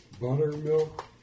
Buttermilk